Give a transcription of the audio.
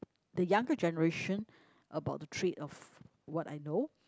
the younger generation about the trade of what I know